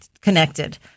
connected